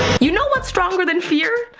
you know what's stronger than fear?